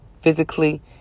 physically